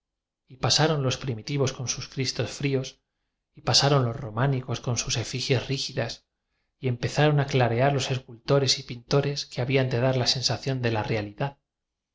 y pasaron los primitivos con sus cristos fríos y pasaron los románicos con sus efigies rígidas y empezaron a clarear los escultores y pintores que habían de dar a sensación de la realidad